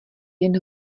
jen